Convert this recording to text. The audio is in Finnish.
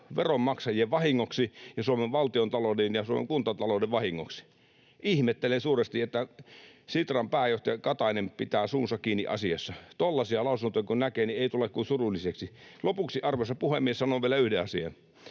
veronmaksajien vahingoksi ja Suomen valtiontalouden ja Suomen kuntatalouden vahingoksi. Ihmettelen suuresti, että Sitran pääjohtaja Katainen pitää suunsa kiinni asiassa. Tuollaisia lausuntoja kun näkee, niin ei tule kuin surulliseksi. Lopuksi, arvoisa puhemies, sanon vielä yhden asian: